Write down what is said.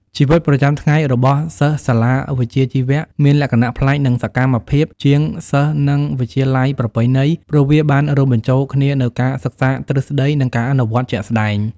ជីវិតប្រចាំថ្ងៃរបស់សិស្សសាលាវិជ្ជាជីវៈមានលក្ខណៈប្លែកនិងសកម្មជាងសិស្សវិទ្យាល័យប្រពៃណី ព្រោះវាបានរួមបញ្ចូលគ្នានូវការសិក្សាទ្រឹស្តី និងការអនុវត្តជាក់ស្តែង។